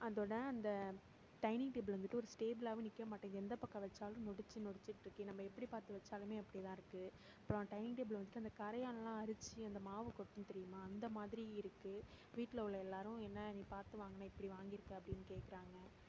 அதோட அந்த dining table வந்துட்டு ஒரு ஸ்டேபிளாகவே நிற்க மாட்டேது எந்த பக்கம் வைச்சாலும் நொடிச்சு நொடிச்சுக்கிட்டு இருக்குது நம்ம எப்படி பார்த்து வைச்சாலுமே அப்படிதான் இருக்குது அப்புறம் டைனிங் டேபிள் வந்துவிட்டு அந்த கரையானெலாம் அரிச்சு அந்த மாவு கொட்டும் தெரியுமா அந்த மாதிரி இருக்குது வீட்டில் உள்ள எல்லாேரும் என்ன நீ பார்த்து வாங்கின இப்படி வாங்கியிருக்க அப்படினு கேட்குறாங்க